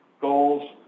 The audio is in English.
goals